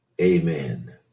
Amen